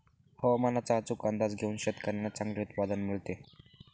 हवामानाचा अचूक अंदाज घेऊन शेतकाऱ्यांना चांगले उत्पादन मिळते